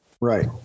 Right